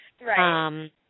right